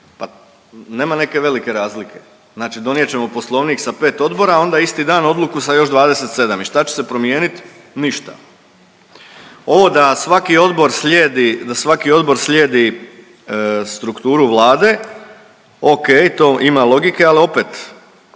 pa nema neke velike razlike. Znači donijet ćemo Poslovnik sa 5 odbora, a onda isti dan odluku sa još 27. I šta će se promijeniti? Ništa. Ovo da svaki odbor slijedi strukturu Vlade o.k. to ima logike, ali opet